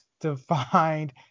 defined